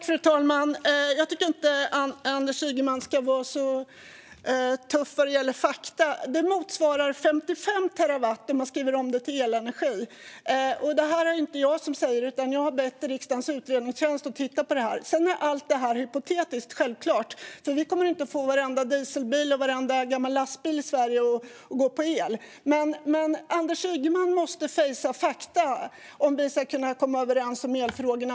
Fru talman! Jag tycker inte att Anders Ygeman ska vara så tuff vad gäller fakta. Det motsvarar 55 terawatt om man skriver om det till elenergi. Det är inte jag som säger detta, utan jag har bett riksdagens utredningstjänst att titta på det här. Sedan är allt detta självklart hypotetiskt - vi kommer inte att få varenda dieselbil och varenda gammal lastbil i Sverige att gå på el. Men Anders Ygeman måste fejsa fakta om vi ska kunna komma överens om elfrågorna.